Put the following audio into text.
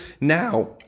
now